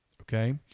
okay